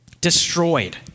destroyed